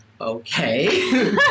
Okay